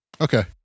Okay